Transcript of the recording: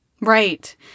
right